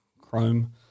Chrome